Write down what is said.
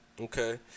okay